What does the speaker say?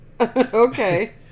Okay